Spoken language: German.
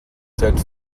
seid